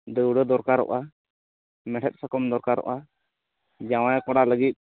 ᱫᱟᱹᱣᱲᱟᱹ ᱫᱚᱨᱠᱟᱨᱚᱜᱼᱟ ᱢᱮᱲᱦᱮᱫ ᱥᱟᱠᱚᱢ ᱫᱚᱨᱠᱟᱨᱚᱜᱼᱟ ᱡᱟᱶᱟᱭ ᱠᱚᱲᱟ ᱞᱟᱹᱜᱤᱫ